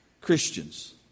Christians